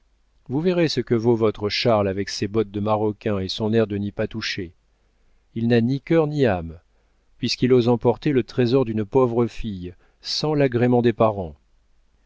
vous verrez ce que vaut votre charles avec ses bottes de maroquin et son air de n'y pas toucher il n'a ni cœur ni âme puisqu'il ose emporter le trésor d'une pauvre fille sans l'agrément des parents